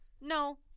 no